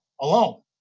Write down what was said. alone